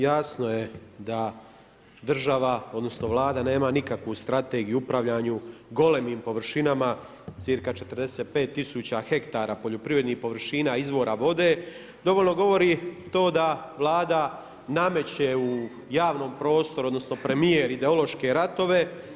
Jasno je da država odnosno Vlada nema nikakvu strategiju u upravljanju golemim površinama cca 45.000 hektara poljoprivrednih površina izvora vode, dovoljno govori to da Vlada nameće u javnom prostoru odnosno premijer ideološke ratove.